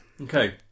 Okay